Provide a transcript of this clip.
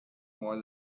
more